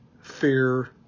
fear